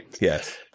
Yes